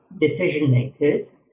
decision-makers